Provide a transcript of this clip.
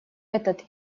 этот